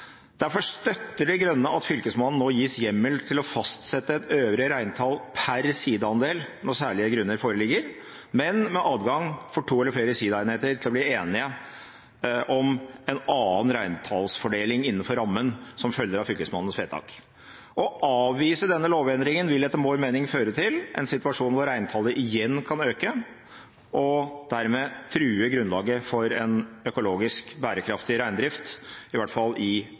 Derfor støtter De Grønne at Fylkesmannen nå gis hjemmel til å fastsette et øvre reintall per siidaandel når særlige grunner foreligger, men med adgang for to eller flere siidaenheter til å bli enige om en annen reintallsfordeling innenfor rammen som følger av Fylkesmannens vedtak. Å avvise denne lovendringen vil etter vår mening føre til en situasjon hvor reintallet igjen kan øke, og dermed true grunnlaget for en økologisk bærekraftig reindrift, i hvert fall i